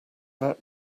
that